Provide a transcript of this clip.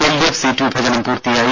LDF seat വിഭജനം പൂർത്തിയായി